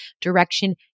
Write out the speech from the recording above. direction